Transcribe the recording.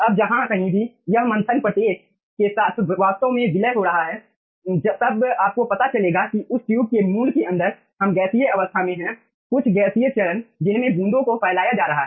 अब जहाँ कहीं भी यह मंथन प्रत्येक के साथ वास्तव में विलय हो रहा है तब आपको पता चलेगा कि उस ट्यूब के मूल के अंदर हम गैसीय अवस्था में हैं कुछ गैसीय चरण जिनमें बूंदों को फैलाया जा रहा है